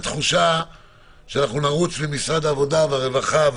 שנרוץ ממשרד העבודה והרווחה,